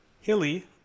hilly